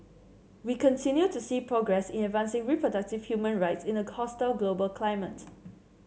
we continue to see progress in advancing reproductive human rights in a hostile global climate